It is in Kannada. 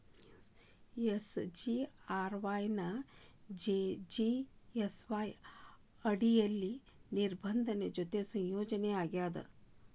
ಎಸ್.ಜಿ.ಆರ್.ವಾಯ್ ಎನ್ನಾ ಜೆ.ಜೇ.ಎಸ್.ವಾಯ್ ಅಡಿಯಲ್ಲಿ ನಿಬಂಧನೆಗಳ ಜೊತಿ ಸಂಯೋಜನಿ ಆಗ್ಯಾದ